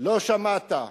לא שמעת.